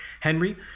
henry